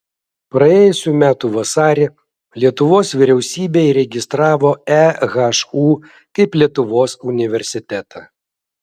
praėjusių metų vasarį lietuvos vyriausybė įregistravo ehu kaip lietuvos universitetą